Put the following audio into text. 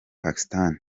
pakistan